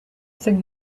thing